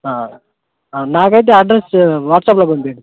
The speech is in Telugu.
నాకైతే అడ్రస్ వాట్సాప్లో పంపించండి